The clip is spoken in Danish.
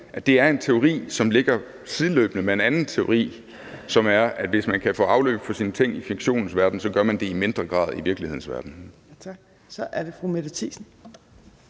altså er en teori, som ligger sideløbende med en anden teori, som siger, at hvis man kan få afløb for det i fiktionens verden, gør man det i mindre grad i virkelighedens verden. Kl. 11:02 Fjerde